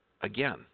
again